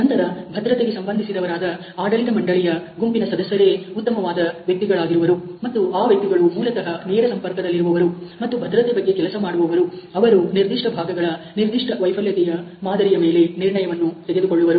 ನಂತರ ಭದ್ರತೆಗೆ ಸಂಬಂಧಿಸಿದವರಾದ ಆಡಳಿತ ಮಂಡಳಿಯ ಗುಂಪಿನ ಸದಸ್ಯರೇ ಉತ್ತಮವಾದ ವ್ಯಕ್ತಿಗಳಾಗಿರುವರು ಮತ್ತು ಆ ವ್ಯಕ್ತಿಗಳು ಮೂಲತಃ ನೇರ ಸಂಪರ್ಕದಲ್ಲಿರುವವರು ಮತ್ತು ಭದ್ರತೆ ಬಗ್ಗೆ ಕೆಲಸ ಮಾಡುವವರು ಅವರು ನಿರ್ದಿಷ್ಟ ಭಾಗಗಳ ನಿರ್ದಿಷ್ಟ ವೈಫಲ್ಯತೆಯ ಮಾದರಿಯ ಮೇಲೆ ನಿರ್ಣಯವನ್ನು ತೆಗೆದುಕೊಳ್ಳುವವರು